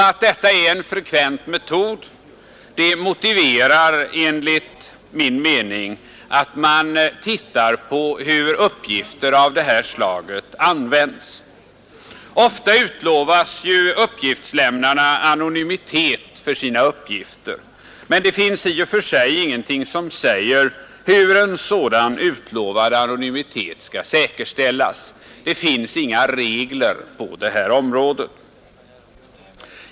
Att det är en frekvent metod motiverar enligt min mening att man tittar på hur uppgifter av det här slaget används. Ofta utlovas uppgiftslämnarna anonymitet för sina uppgifter, men det finns i och för sig ingenting som säger hur en sådan utlovad anonymitet skall säkerställas. Det finns inga regler på detta område.